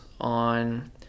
on